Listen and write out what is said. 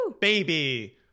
baby